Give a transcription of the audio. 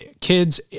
kids